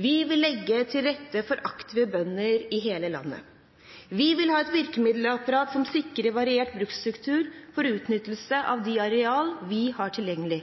Vi vil legge til rette for aktive bønder i hele landet. Vi vil ha et virkemiddelapparat som sikrer variert bruksstruktur for utnyttelse av de arealer vi har tilgjengelig.